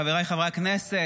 חבריי חברי הכנסת,